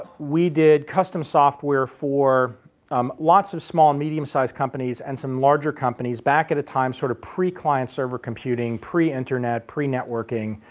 we did custom software for um lots of small-medium size companies and some larger companies back at a time sort of pre-client server computing, pre-internet, pre-networking.